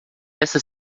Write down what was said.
esta